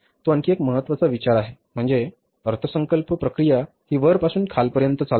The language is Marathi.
तो आणखी एक महत्त्वाचा विचार आहे म्हणजे अर्थसंकल्प प्रक्रिया ही वरपासून खालपर्यंत चालते